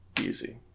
easy